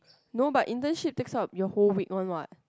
no but internships takes up your whole week one what